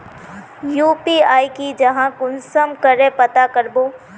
UPI की जाहा कुंसम करे पता करबो?